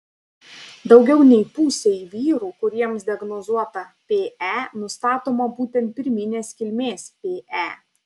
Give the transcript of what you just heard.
daugiau nei pusei vyrų kuriems diagnozuota pe nustatoma būtent pirminės kilmės pe